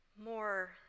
more